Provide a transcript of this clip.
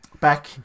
back